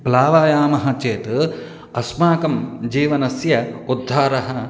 प्लवामहे चेत् अस्माकं जीवनस्य उद्धारः